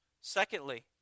Secondly